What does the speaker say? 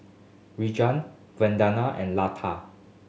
Vandana and Lata